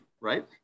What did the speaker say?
right